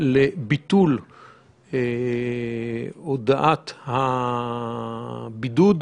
לביטול הודעת הבידוד.